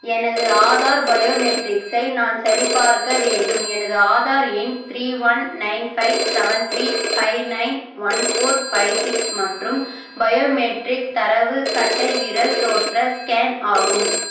எனது ஆதார் பயோமெட்ரிக்ஸை நான் சரிபார்க்க வேண்டும் எனது ஆதார் எண் three one nine five seven three five nine one four five six மற்றும் பயோமெட்ரிக் தரவு கட்டைவிரல் தோற்ற ஸ்கேன் ஆகும்